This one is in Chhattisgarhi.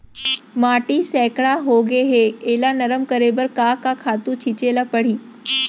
माटी सैकड़ा होगे है एला नरम करे बर का खातू छिंचे ल परहि?